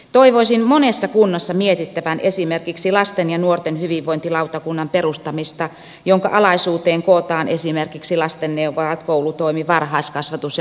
toivoisin monessa kunnassa mietittävän esimerkiksi lasten ja nuorten hyvinvointilautakunnan perustamista jonka alaisuuteen kootaan esimerkiksi lastenneuvolat koulutoimi varhaiskasvatus ja nuorisotoimi